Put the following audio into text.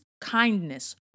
kindness